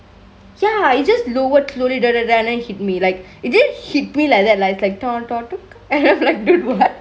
ya it just lowered slowly then hit me like it didn't hit me like that lah it's like and then I'm like dude what